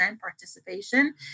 participation